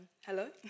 hello